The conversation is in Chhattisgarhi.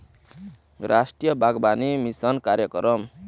रास्टीय बागबानी मिसन कार्यकरम